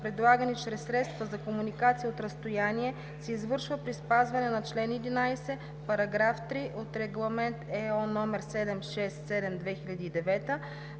предлагани чрез средства за комуникация от разстояние, се извършва при спазване на чл. 11, параграф 3 от Регламент (ЕО) № 767/2009,